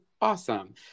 awesome